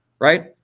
right